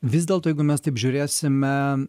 vis dėlto jeigu mes taip žiūrėsime